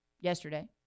yesterday